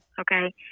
okay